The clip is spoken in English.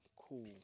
cool